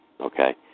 okay